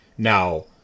now